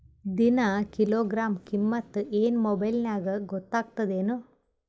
ದಿನಾ ಕಿಲೋಗ್ರಾಂ ಕಿಮ್ಮತ್ ಏನ್ ಮೊಬೈಲ್ ನ್ಯಾಗ ಗೊತ್ತಾಗತ್ತದೇನು?